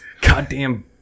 Goddamn